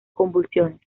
convulsiones